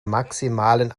maximalen